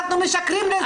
אנחנו משקרים לאזרחים.